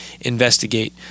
investigate